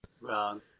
wrong